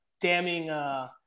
damning